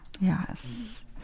Yes